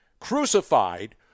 crucified